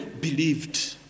believed